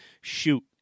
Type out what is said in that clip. shoot